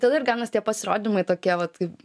tada ir gaunas tie pasirodymai tokie vat kaip